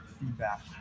feedback